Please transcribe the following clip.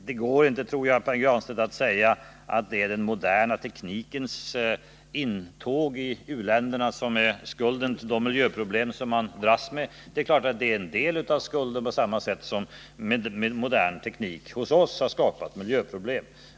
Jag tror inte, Pär Granstedt, att det går att säga att det bara är den moderna teknikens intåg i u-länderna som är skulden till de miljöproblem som man dras med där. Det är klart att den får bära en del av skulden, eftersom den på samma sätt som hos oss har skapat miljöproblem.